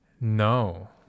No